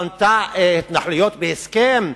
בנתה התנחלויות בהסכם?